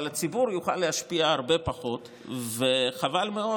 אבל הציבור יוכל להשפיע הרבה פחות וחבל מאוד